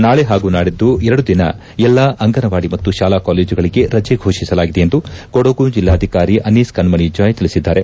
ನಾಳೆ ಹಾಗೂ ನಾಡಿದ್ದು ಎರಡು ದಿನ ಎಲ್ಲಾ ಅಂಗನವಾಡಿ ಮತ್ತು ಶಾಲಾ ಕಾಲೇಜುಗಳಿಗೆ ರಜೆ ಘೋಷಿಸಿಲಾಗಿದೆ ಎಂದು ಕೊಡಗು ಜಿಲ್ಲಾಧಿಕಾರಿ ಅನೀಸ್ ಕಣ್ಣಣಿ ಜಾಯ್ ತಿಳಿಸಿದ್ದಾರೆ